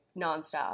nonstop